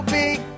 big